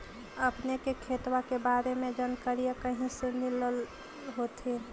अपने के खेतबा के बारे मे जनकरीया कही से मिल होथिं न?